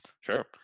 Sure